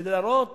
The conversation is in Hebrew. כדי להראות